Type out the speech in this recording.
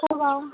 कब आऊं